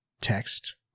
text